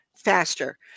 faster